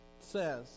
says